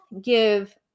give